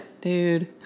Dude